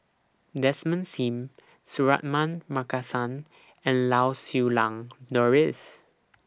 Desmond SIM Suratman Markasan and Lau Siew Lang Doris